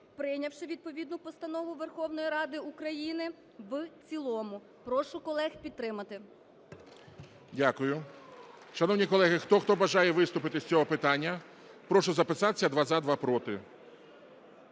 прийнявши відповідну Постанову Верховної Ради України в цілому. Прошу колег підтримати. ГОЛОВУЮЧИЙ. Дякую. Шановні колеги, хто бажає виступити з цього питання? Прошу записатися: два – за, два – проти.